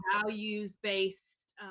values-based